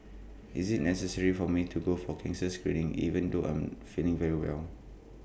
is IT necessary for me to go for cancer screening even though I am feeling very well